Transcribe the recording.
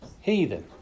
Heathen